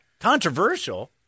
Controversial